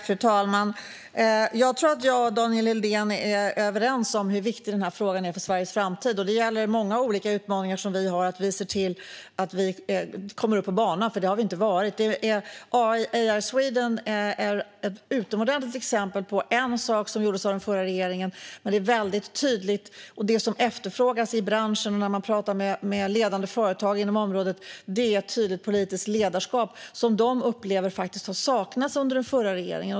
Fru talman! Jag tror att jag och Daniel Helldén är överens om hur viktig den här frågan är för Sveriges framtid. Det gäller många olika utmaningar som vi har att vi ser till att komma upp på banan, för där har vi inte varit. AI Sweden är ett utomordentligt exempel på en sak som gjordes av den förra regeringen. Men det är väldigt tydligt att det som efterfrågas i branschen och av ledande företag på området är tydligt politiskt ledarskap, som de upplever saknades under den förra regeringen.